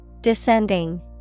Descending